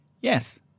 Yes